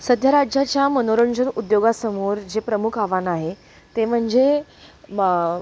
सध्या राज्याच्या मनोरंजन उद्योगासमोर जे प्रमुख आव्हान आहे ते म्हणजे